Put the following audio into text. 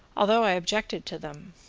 although i objected to them.